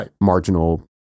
marginal –